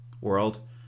world